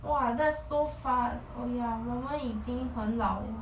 !wah! that's so fast oh ya 我们已经很老了